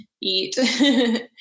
eat